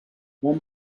one